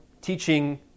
teaching